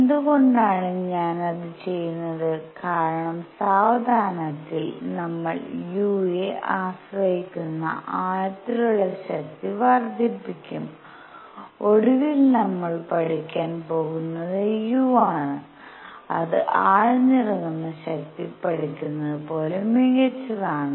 എന്തുകൊണ്ടാണ് ഞാൻ അത് ചെയ്യുന്നത് കാരണം സാവധാനത്തിൽ നമ്മൾ u യെ ആശ്രയിക്കുന്ന ആഴത്തിലുള്ള ശക്തി വർദ്ധിപ്പിക്കും ഒടുവിൽ നമ്മൾ പഠിക്കാൻ പോകുന്നത് u ആണ് അത് ആഴ്ന്നിറങ്ങുന്ന ശക്തി പഠിക്കുന്നത് പോലെ മികച്ചതാണ്